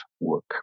work